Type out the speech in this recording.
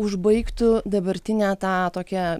užbaigtų dabartinę tą tokią